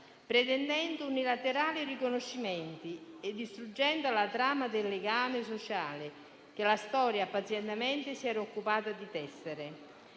pretendendo unilaterali riconoscimenti e distruggendo la trama del legame sociale che la storia pazientemente si era occupata di tessere.